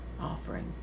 offering